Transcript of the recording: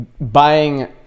buying